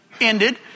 ended